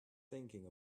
thinking